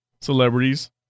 celebrities